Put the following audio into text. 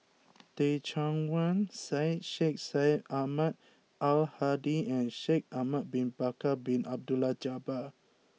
Teh Cheang Wan Syed Sheikh Syed Ahmad Al Hadi and Shaikh Ahmad Bin Bakar Bin Abdullah Jabbar